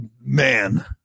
man